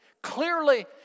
clearly